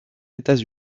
états